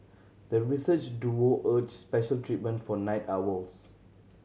the research duo urged special treatment for night owls